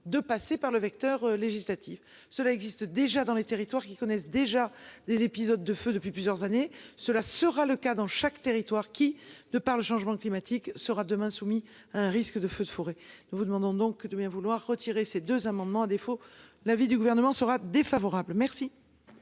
de passer par le vecteur législatif. Cela existe déjà dans les territoires qui connaissent des épisodes de feu depuis plusieurs années, et cela sera le cas dans tout territoire qui, à cause du changement climatique, sera demain soumis à un risque de feux de forêt. Je vous demande donc de bien vouloir retirer ces deux amendements, faute de quoi l'avis du Gouvernement sera défavorable. Madame